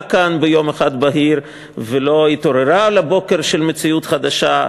הופתעה כאן ביום אחד בהיר ולא התעוררה לבוקר של מציאות חדשה,